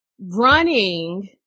running